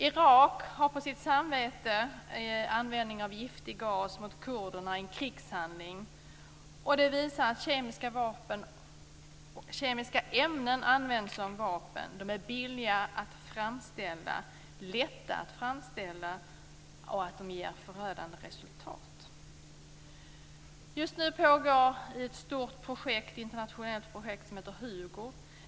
Irak har på sitt samvete användning av giftig gas mot kurderna i en krigshandling. Detta visar att kemiska ämnen används som vapen. Det är både billigt och lätt att framställa dem, och de ger förödande resultat. Just nu pågår ett stort internationellt projekt, HUGO.